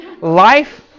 life